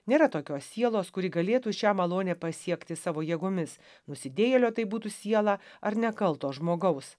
nėra tokios sielos kuri galėtų šią malonę pasiekti savo jėgomis nusidėjėlio tai būtų siela ar nekalto žmogaus